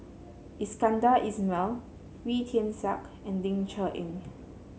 Iskandar Ismail Wee Tian Siak and Ling Cher Eng